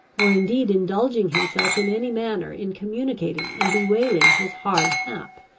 or indeed indulging himself in any manner in communicating and bewailing his hard hap,